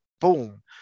boom